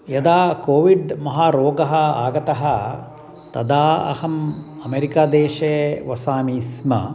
यदा कोविड् महारोगः आगतः तदा अहम् अमेरिका देशे वसामि स्म